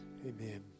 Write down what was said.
Amen